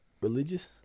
religious